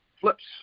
flips